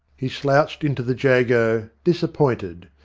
he slouched into the jago, disappointed.